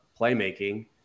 playmaking